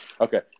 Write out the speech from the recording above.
Okay